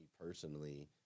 personally